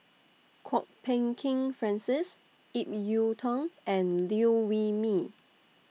Kwok Peng Kin Francis Ip Yiu Tung and Liew Wee Mee